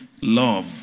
love